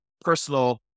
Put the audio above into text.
personal